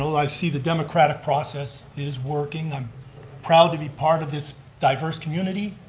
i see the democratic process is working. i'm proud to be part of this diverse community.